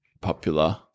popular